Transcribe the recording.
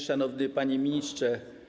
Szanowny Panie Ministrze!